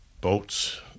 boats